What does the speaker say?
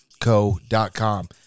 Co.com